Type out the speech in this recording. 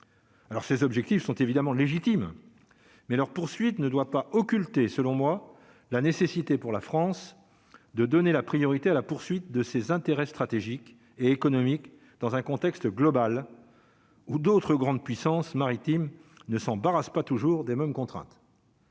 Alors, ces objectifs sont évidemment légitime mais leur poursuite ne doit pas occulter selon moi la nécessité pour la France de donner la priorité à la poursuite de ses intérêts stratégiques et économiques dans un contexte global ou d'autres grandes puissances maritimes ne s'embarrasse pas toujours des mêmes contraintes.